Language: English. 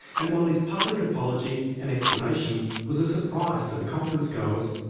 and while his public apology and explanation was a surprise to the conference goers,